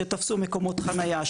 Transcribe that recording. שתפסו מקומות חניה,